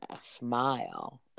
smile